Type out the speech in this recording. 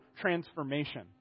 transformation